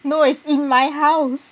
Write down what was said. no it's in my house